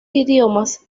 idiomas